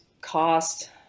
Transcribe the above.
cost